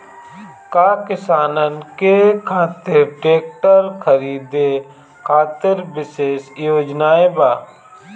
का किसानन के खातिर ट्रैक्टर खरीदे खातिर विशेष योजनाएं बा?